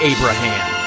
Abraham